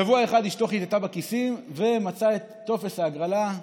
שבוע אחד אשתו חיטטה בכיסים ומצאה את טופס ההגרלה,